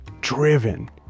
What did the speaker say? driven